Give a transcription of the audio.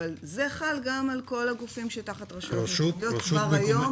אבל זה חל גם על כל הגופים תחת רשויות מקומיות כבר היום.